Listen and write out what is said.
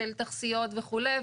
של תכסיות וכולי,